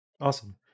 Awesome